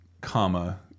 Comma